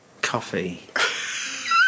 coffee